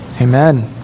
amen